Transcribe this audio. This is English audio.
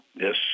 Yes